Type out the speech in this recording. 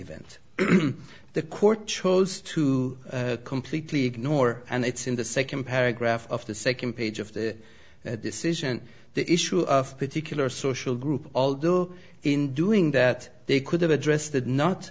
event the courtroom was to completely ignore and it's in the second paragraph of the second page of the decision the issue of particular social group although in doing that they could have addressed it not